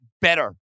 better